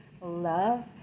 love